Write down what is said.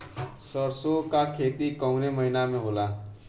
सरसों का खेती कवने महीना में होला?